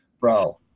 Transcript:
Bro